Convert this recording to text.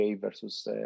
versus